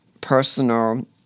personal